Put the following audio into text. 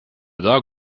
dog